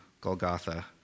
Golgotha